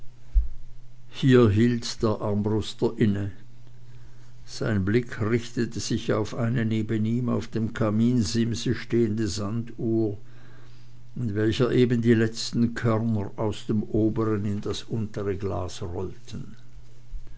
hier hielt der armbruster inne sein blick richtete sich auf eine neben ihm auf dem kaminsimse stehende sanduhr in welcher eben die letzten körner aus dem oberen in das untere glas rollten